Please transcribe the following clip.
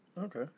Okay